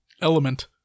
Element